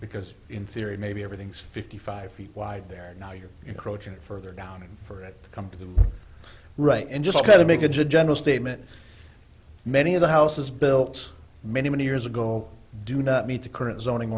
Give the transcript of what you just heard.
because in theory maybe everything's fifty five feet wide there and now you're coaching it further down and for it to come to the right and just to make a general statement many of the houses built many many years ago do not meet the current zoning